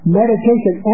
meditation